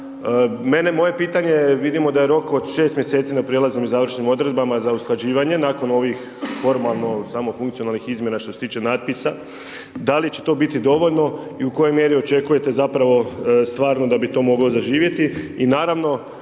moje pitanje vidimo da je rok od 6 mjeseci na prijelaznim i završnim odredbama za usklađivanje nakon ovih formalno samo funkcionalnih izmjena što se tiče natpisa, da li će to biti dovoljno i u kojoj mjeri očekujete zapravo stvarno da bi to moglo zaživjeti